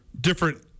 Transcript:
different